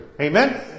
Amen